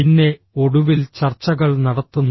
പിന്നെ ഒടുവിൽ ചർച്ചകൾ നടത്തുന്നു